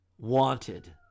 wanted